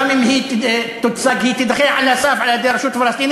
וגם אם היא תוצג היא תידחה על הסף על-ידי הרשות הפלסטינית.